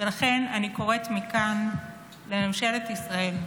ולכן אני קוראת מכאן לממשלת ישראל: